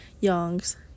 Young's